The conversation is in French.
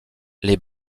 les